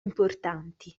importanti